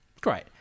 great